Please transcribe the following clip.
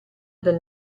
del